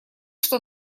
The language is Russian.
что